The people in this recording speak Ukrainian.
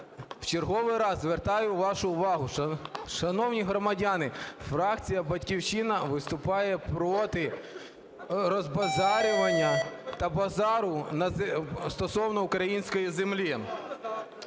в черговий раз звертаю вашу увагу, шановні громадяни, фракція "Батьківщина" виступає проти розбазарювання та базару стосовно української землі.